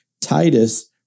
Titus